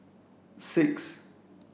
six